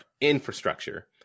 infrastructure